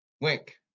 Wink